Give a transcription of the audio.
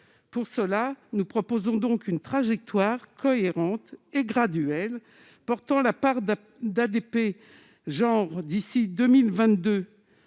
Pour cela, nous proposons une trajectoire cohérente et graduelle, portant la part d'APD « genre » à 60